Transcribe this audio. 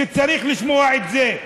כי צריך לשמוע את זה.